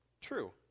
true